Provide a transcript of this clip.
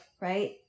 Right